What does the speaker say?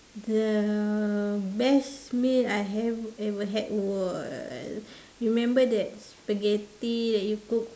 the best meal I have ever had was remember that spaghetti that you cook